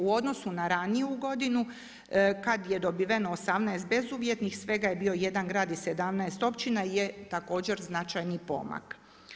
U odnosu na raniju godinu kada je dobiveno 18 bezuvjetnih, svega je bio jedan grad i 17 općina je također značajni pomak.